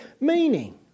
meaning